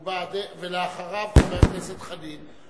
אחריו, חבר הכנסת חנין.